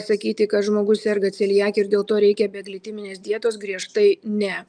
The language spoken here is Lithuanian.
sakyti kad žmogus serga celiakija ir dėl to reikia beglitiminės dietos griežtai ne